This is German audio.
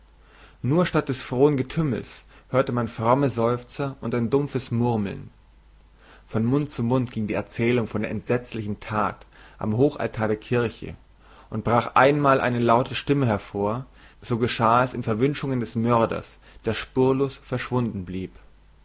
nur statt des frohen getümmels hörte man fromme seufzer und ein dumpfes murmeln von mund zu mund ging die erzählung von der entsetzlichen tat am hochaltar der kirche und brach einmal eine laute stimme hervor so geschah es in verwünschungen des mörders der spurlos verschwunden blieb